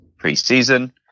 preseason